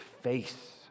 face